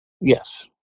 Yes